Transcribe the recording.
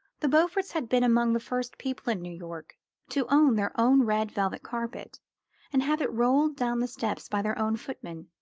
the beauforts had been among the first people in new york to own their own red velvet carpet and have it rolled down the steps by their own footmen,